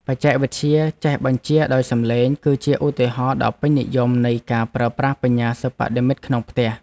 បច្ចេកវិទ្យាចេះបញ្ជាដោយសំឡេង គឺជាឧទាហរណ៍ដ៏ពេញនិយមនៃការប្រើប្រាស់បញ្ញាសិប្បនិម្មិតក្នុងផ្ទះ។